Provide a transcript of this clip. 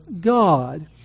God